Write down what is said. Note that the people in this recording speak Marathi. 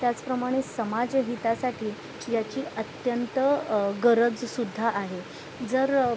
त्याचप्रमाणे समाजहितासाठी याची अत्यंत गरजसुद्धा आहे जर